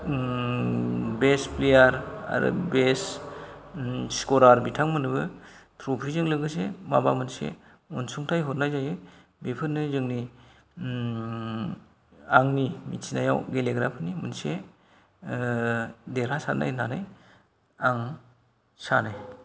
best player आरो best scorer बिथांमोननोबो ट्रफिजों लोगोसे माबा मोनसे अनसुंथाइ हरनाय जायो बेफोरनो जोंनि आंनि मिनथिनायाव गेलेग्राफोरनि मोनसे देरहासातनाय होननानै आं सानो